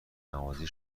نوازی